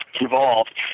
involved